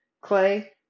Clay